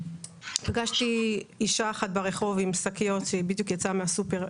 פגשתי אישה אחת ברחוב עם שקיות שהיא בדיוק יצאה מהסופר.